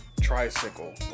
tricycle